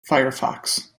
firefox